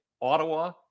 Ottawa